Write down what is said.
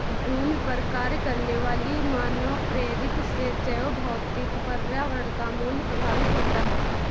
भूमि पर कार्य करने वाली मानवप्रेरित से जैवभौतिक पर्यावरण का मूल्य प्रभावित होता है